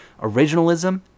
originalism